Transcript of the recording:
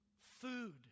food